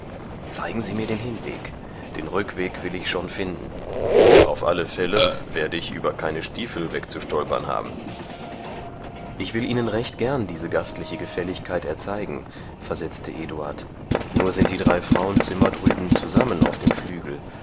zeigen sie mir den hinweg den rückweg will ich schon finden und auf alle fälle werde ich über keine stiefel wegzustolpern haben ich will ihnen recht gern diese gastliche gefälligkeit erzeigen versetzte eduard nur sind die drei frauenzimmer drüben zusammen auf dem flügel